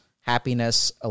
happiness